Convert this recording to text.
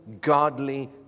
godly